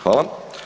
Hvala.